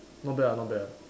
not bad ah not bad ah